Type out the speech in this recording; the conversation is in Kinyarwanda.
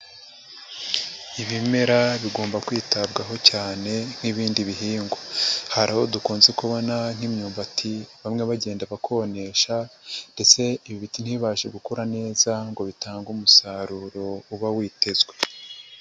Ibimera bigomba kwitabwaho cyane nk'ibindi bihingwa. Hari aho dukunze kubona nk'imyumbati bamwe bagenda bakonesha ndetse ibi ibiti ntibibashe gukura neza ngo bitange umusaruro uba witezwe.